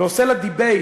ועושה לה debate,